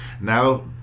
now